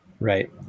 Right